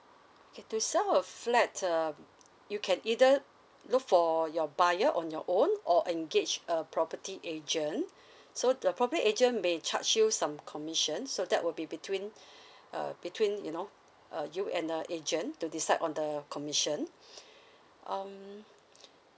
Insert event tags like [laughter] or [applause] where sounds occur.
okay to sell a flat um you can either look for your buyer on your own or engage a property agent [breath] so the property agent may charge you some commission so that will be between [breath] uh between you know uh you and a agent to decide on the commission [breath] um [breath]